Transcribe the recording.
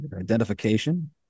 identification